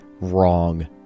wrong